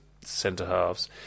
centre-halves